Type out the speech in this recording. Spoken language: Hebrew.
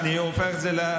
אני לא רואה פה בעיה.